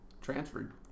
Transferred